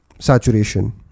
saturation